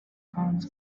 cars